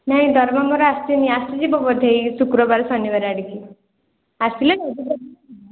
ନାହିଁ ଦରମା ମୋର ଆସିନି ଆସିଯିବ ବୋଧେ ଏଇ ଶୁକ୍ରବାର ଶନିବାର ଆଡ଼ିକି ଆସିଲାଣି କି